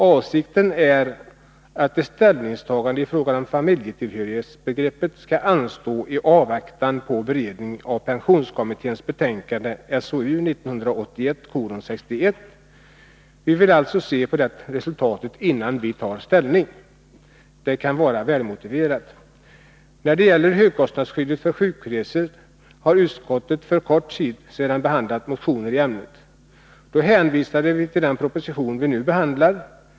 Avsikten är att ett ställningstagande i fråga om familjetillhörighetsbegreppet skall anstå i avvaktan på beredningen av pensionskommitténs betänkande SOU 1981:61. Vi vill alltså se resultatet av denna beredning innan vi tar ställning. Det kan vara välmotiverat. När det gäller högkostnadsskyddet för sjukresor har utskottet för kort tid sedan behandlat motioner i ämnet. Då hänvisade vi till den proposition som vi nu diskuterar.